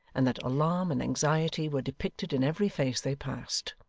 and that alarm and anxiety were depicted in every face they passed.